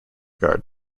guard